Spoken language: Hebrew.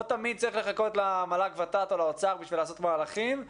לא תמיד צריך לחכות למל"ג-ות"ת או לאוצר בשביל לעשות מהלכים.